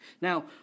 Now